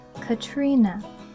Katrina